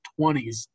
20s